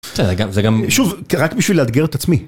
זה גם שוב רק בשביל לאתגר את עצמי